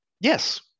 Yes